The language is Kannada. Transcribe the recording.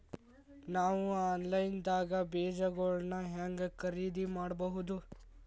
ನಾವು ಆನ್ಲೈನ್ ದಾಗ ಬೇಜಗೊಳ್ನ ಹ್ಯಾಂಗ್ ಖರೇದಿ ಮಾಡಬಹುದು?